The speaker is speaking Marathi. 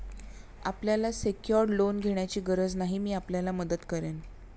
आपल्याला सेक्योर्ड लोन घेण्याची गरज नाही, मी आपल्याला मदत करेन